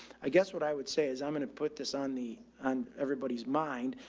i guess what i would say is i'm going to put this on the, on everybody's mind.